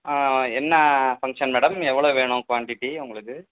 என்ன function madam எவ்வளோ வேணும் குவான்டிட்டி உங்களுக்கு